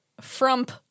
frump